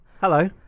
Hello